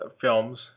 films